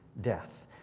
death